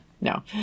no